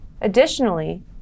Additionally